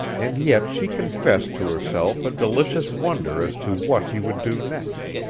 and yet she confessed to herself a delicious wonder as to what he would do next,